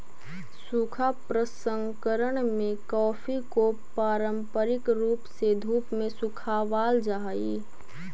सूखा प्रसंकरण में कॉफी को पारंपरिक रूप से धूप में सुखावाल जा हई